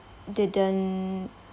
didn't